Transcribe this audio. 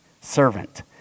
servant